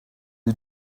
you